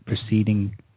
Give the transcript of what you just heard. preceding